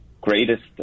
greatest